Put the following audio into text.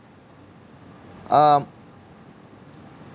um